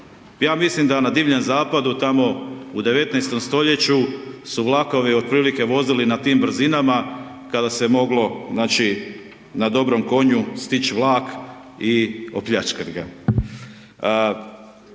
Ja mislim da na Divljem zapadu tamo u 19. st. su vlakovi otprilike vozili na tim brzinama kada se moglo znači na dobrom konju stić vlak i opljačkat ga.